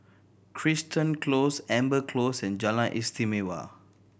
Crichton Close Amber Close and Jalan Istimewa